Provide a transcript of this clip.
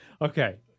Okay